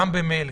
גם במייל,